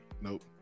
nope